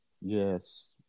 yes